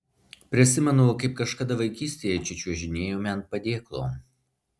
prisimenu kaip kažkada vaikystėje čia čiuožinėjome ant padėklo